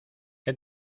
qué